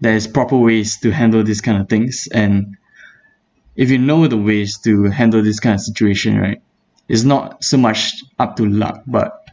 there is proper ways to handle this kind of things and if you know the ways to handle this kind of situation right is not so much up to luck but